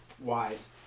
wise